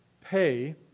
pay